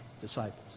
disciples